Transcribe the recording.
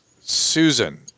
Susan